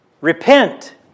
Repent